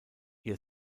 ihr